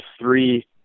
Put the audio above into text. three